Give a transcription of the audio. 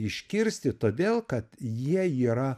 iškirsti todėl kad jie yra